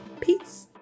peace